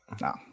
no